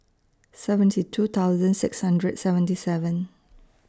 seventy two thousand six hundred seventy seven